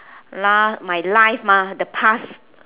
la~ my life mah the past